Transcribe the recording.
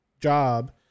job